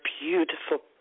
beautiful